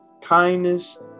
kindness